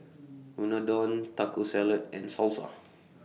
Unadon Taco Salad and Salsa